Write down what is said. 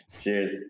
Cheers